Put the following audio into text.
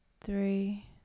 three